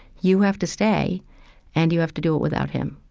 you have to stay and you have to do it without him.